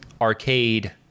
arcade